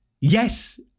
Yes